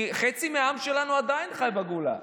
כי חצי מהעם שלנו עדיין חי בגולה: